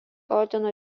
ordino